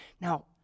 Now